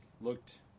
looked